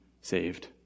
saved